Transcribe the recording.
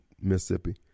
Mississippi